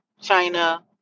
China